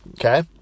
Okay